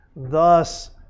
Thus